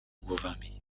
głowami